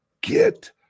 get